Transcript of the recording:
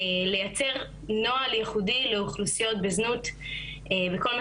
לייצר נוהל ייחודי לאוכלוסיות בזנות בכל מה